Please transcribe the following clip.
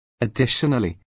Additionally